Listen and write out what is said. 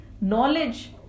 knowledge